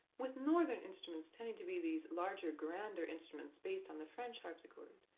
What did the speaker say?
with northern instruments tending to be these larger, grander instruments based on the french harpsichord,